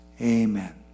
Amen